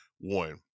One